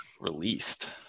released